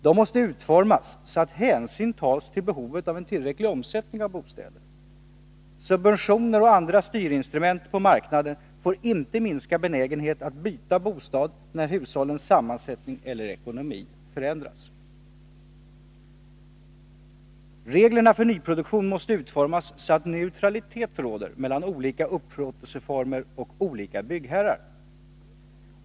De måste utformas så att hänsyn tas till behovet av en tillräcklig omsättning av bostäder. Subventioner och andra styrinstrument på marknaden får inte minska benägenheten att byta bostad, när hushållens sammansättning eller ekonomi förändras. Reglerna för nyproduktion måste utformas så att neutralitet råder mellan olika upplåtelseformer och olika byggherrar.